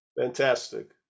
Fantastic